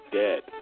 dead